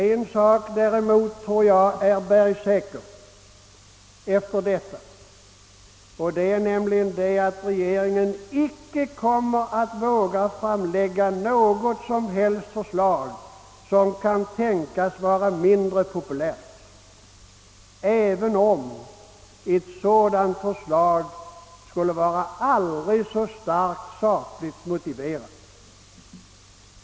Där emot tror jag att en sak är bergsäker efter detta, nämligen att regeringen icke kommer att våga framlägga något som helst förslag som kan tänkas vara mindre populärt, även om ett sådant förslag skulle vara aldrig så starkt sakligt motiverat.